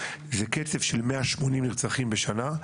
זה קצב של 180 נרצחים בשנה.